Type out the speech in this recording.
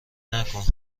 نکن